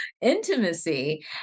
intimacy